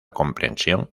comprensión